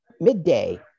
midday